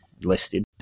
listed